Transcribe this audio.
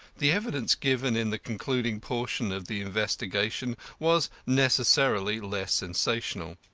the evidence given in the concluding portion of the investigation was necessarily less sensational.